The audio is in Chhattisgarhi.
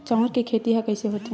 चांउर के खेती ह कइसे होथे?